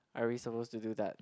I really suppose to do that